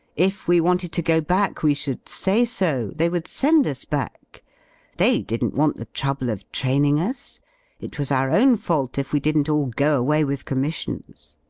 if we wanted to go back we should say so, they would send us back they didn't want the trouble of training us it was our own fault if we didn't all go away with commissions.